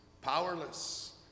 powerless